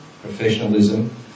professionalism